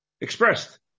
Expressed